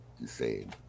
insane